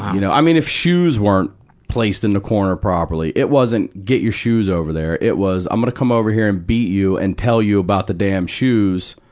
you know i mean, if shoes weren't placed in the corner properly, it wasn't, get your shoes over there, it was, i'm gonna come over here and beat you and tell you about the damn shoes,